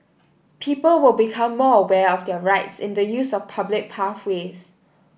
people will become more aware of their rights in the use of public pathways